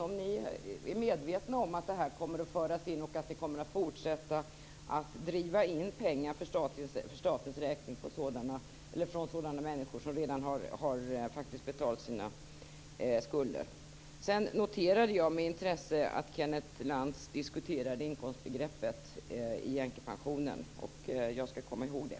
Jag skulle vilja veta om ni är medvetna om att det här kommer att föras in och att det i fortsättningen kommer att drivas in pengar för statens räkning från sådana människor som faktiskt redan har betalt sina skulder. Sedan noterade jag med intresse att Kenneth Jag skall komma ihåg det.